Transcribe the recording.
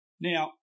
Now